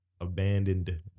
abandoned